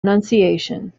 annunciation